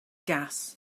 gas